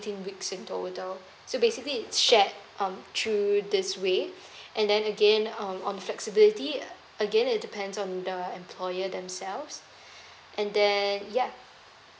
sixteen weeks in total so basically its shared um through this way and then again um on the flexibility again it depends on the employer themselves and then yeah